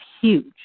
huge